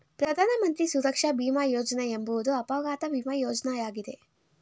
ಪ್ರಧಾನ ಮಂತ್ರಿ ಸುರಕ್ಷಾ ಭೀಮ ಯೋಜ್ನ ಎಂಬುವುದು ಅಪಘಾತ ವಿಮೆ ಯೋಜ್ನಯಾಗಿದೆ